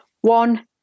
One